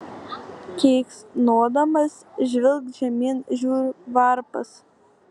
keiksnodamas žvilgt žemyn žiūriu varpas